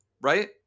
Right